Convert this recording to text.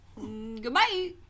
Goodbye